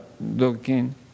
looking